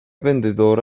vendedor